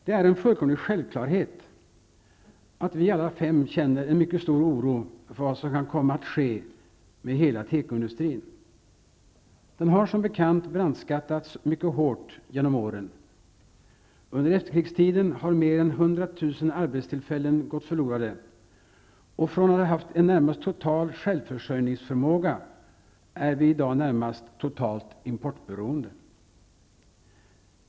Det är en fullkomlig självklarhet att vi alla fem känner en mycket stor oro för vad som kan komma att ske med hela tekoindustrin. Den har som bekant brandskattats mycket hårt genom åren. Under efterkrigstiden har mer än 100 000 arbetstillfällen gått förlorade, och från att ha haft en närmast total självförsörjningsförmåga är vi i dag närmast totalt importberoende.